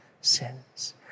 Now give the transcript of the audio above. sins